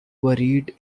buried